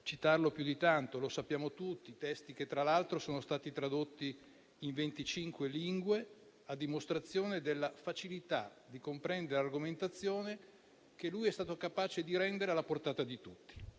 citarlo più di tanto; lo sappiamo tutti. Sono testi che tra l'altro sono stati tradotti in venticinque lingue, a dimostrazione della facilità di comprendere argomentazioni che lui è stato capace di rendere alla portata di tutti.